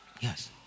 Yes